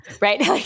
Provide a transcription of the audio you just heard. right